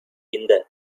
இந்த